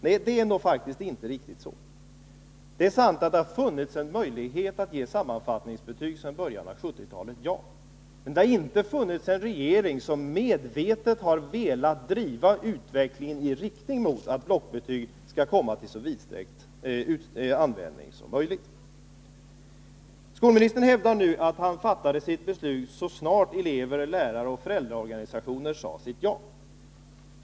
Nej, det är faktiskt inte riktigt så. Det är sant att det har funnits en möjlighet att ge sammanfattningsbetyg sedan början av 1970-talet. Men det har inte funnits en regering som medvetet har velat driva utvecklingen i riktning mot att blockbetyg skall komma till så vidsträckt användning som möjligt. Skolministern hävdar nu att han fattade sitt beslut så snart elev-, läraroch föräldraorganisationer sagt ja.